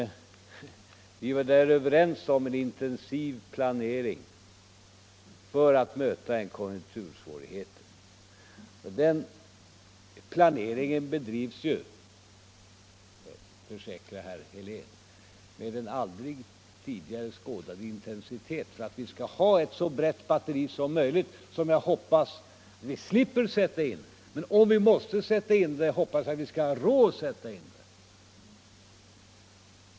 Vi var överens om en intensiv planering för att möta konjunktursvårigheterna. Den planeringen bedrivs — det kan jag försäkra herr Helén — med en aldrig tidigare skådad intensitet, så att vi skall ha ett så brett batteri som möjligt, ett batteri som jag hoppas att vi slipper att sätta in. Men om vi måste göra det, så hoppas jag att vi skall ha råd att sätta in det.